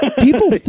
people